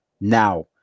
now